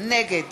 נגד